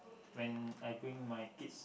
when I bring my kids